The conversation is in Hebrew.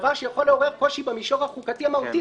-- דבר שיכול לעורר קושי במישור החוקתי המהותי,